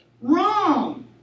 Wrong